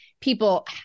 people